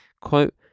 Quote